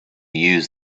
use